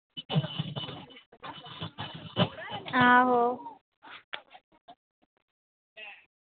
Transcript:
आहो